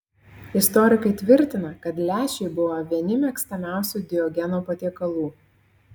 istorikai tvirtina kad lęšiai buvo vieni mėgstamiausių diogeno patiekalų